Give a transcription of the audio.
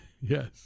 Yes